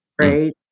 right